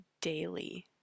daily